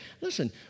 Listen